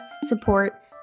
support